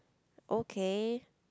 okay